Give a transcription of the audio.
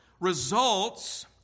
results